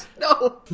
No